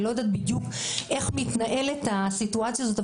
אני לא יודעת בדיוק איך מתנהלת הסיטואציה הזאת.